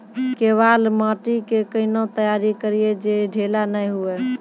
केवाल माटी के कैना तैयारी करिए जे ढेला नैय हुए?